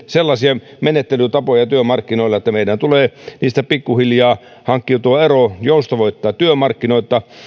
sellaisia menettelytapoja työmarkkinoilla että meidän tulee niistä pikkuhiljaa hankkiutua eroon joustavoittaa työmarkkinoita